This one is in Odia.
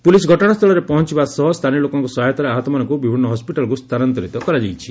ପୁଲିସ ଘଟଣାସ୍ଥିଳରେ ପହଞ୍ ସ୍ଚାନୀୟ ଲୋକଙ୍କ ସହାୟତାରେ ଆହତମାନଙ୍କୁ ବିଭିନ୍ନ ହସ୍ପିଟାଲକୁ ସ୍କାନାନ୍ତରିତ କରାଯାଇଛି